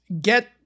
get